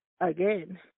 again